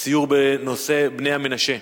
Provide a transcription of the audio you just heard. מסיור בנושא בני המנשה.